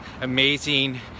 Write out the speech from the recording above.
amazing